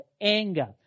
anger